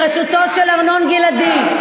בראשותו של ארנון גלעדי,